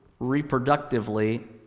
reproductively